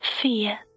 fear